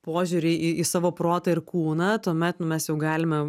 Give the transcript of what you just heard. požiūrį į savo protą ir kūną tuomet mes jau galime